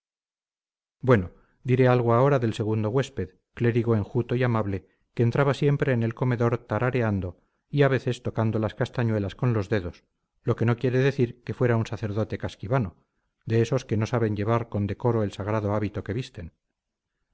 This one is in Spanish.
bueno diré algo ahora del segundo huésped clérigo enjuto y amable que entraba siempre en el comedor tarareando y a veces tocando las castañuelas con los dedos lo que no quiere decir que fuera un sacerdote casquivano de estos que no saben llevar con decoro el sagrado hábito que visten